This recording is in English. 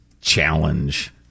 Challenge